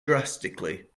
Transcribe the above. drastically